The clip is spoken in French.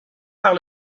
par